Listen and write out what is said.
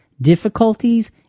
difficulties